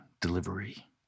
Delivery